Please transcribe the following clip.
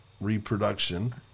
reproduction